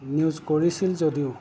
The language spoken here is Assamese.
নিউজ কৰিছিল যদিও